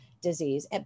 disease